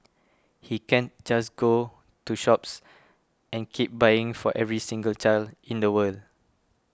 he can't just go to shops and keep buying for every single child in the world